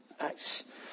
Acts